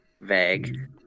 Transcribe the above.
Vague